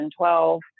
2012